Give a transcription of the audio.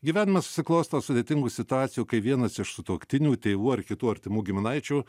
gyvenime susiklosto sudėtingų situacijų kai vienas iš sutuoktinių tėvų ar kitų artimų giminaičių